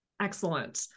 excellent